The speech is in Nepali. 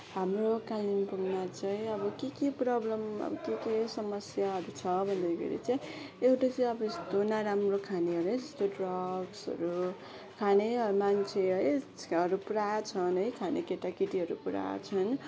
हाम्रो कालिम्पोङमा चाहिँ अब के के प्रब्लम के के समस्याहरू छ भन्दाखेरि चाहिँ एउटा चाहिँ अब यस्तो नाराम्रो खानेहरू है यस्तो ड्रग्सहरू खाने मान्छे है हरू पुरा छन् है खाने केटाकेटीहरू पुरा छन्